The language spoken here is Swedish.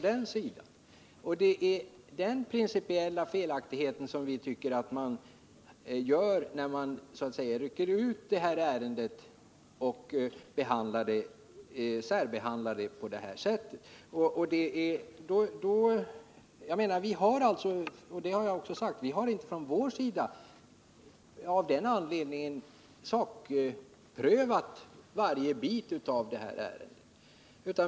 Det är det principiella felet som vi tycker att man gör när man så att säga rycker ut detta ärende och särbehandlar det på det här sättet. Som jag tidigare sagt har vi av den anledningen inte från vår sida sakprövat varje bit av det här ärendet.